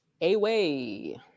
away